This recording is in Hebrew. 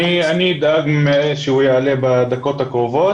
אני אדאג שהוא יעלה בדקות הקרובות.